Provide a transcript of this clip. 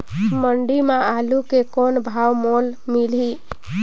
मंडी म आलू के कौन भाव मोल मिलही?